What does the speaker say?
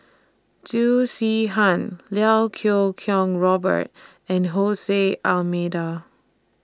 Loo Zihan Iau Kuo Kwong Robert and Hole C Almeida